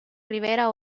ribera